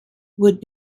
would